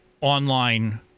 online